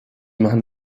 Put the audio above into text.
machen